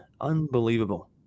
Unbelievable